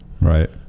Right